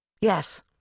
Yes